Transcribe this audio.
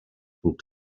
rhwng